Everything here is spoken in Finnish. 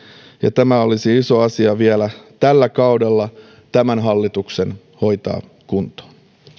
ja tämä olisi iso asia vielä tällä kaudella tämän hallituksen hoitaa kuntoon